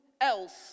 else